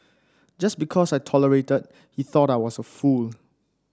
just because I tolerated he thought I was a fool